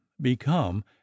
become